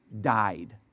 died